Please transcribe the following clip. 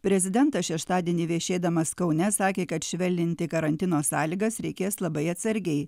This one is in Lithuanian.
prezidentas šeštadienį viešėdamas kaune sakė kad švelninti karantino sąlygas reikės labai atsargiai